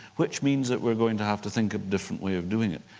which means that we're going to have to think of different way of doing it.